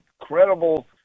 incredible